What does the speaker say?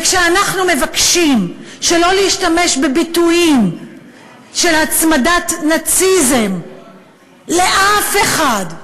וכשאנחנו מבקשים שלא להשתמש בביטויים של הצמדת נאציזם לאף אחד,